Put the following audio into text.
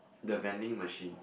the vending machine